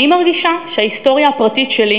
אני מרגישה שההיסטוריה הפרטית שלי,